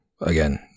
again